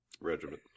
Regiment